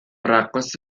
رقاص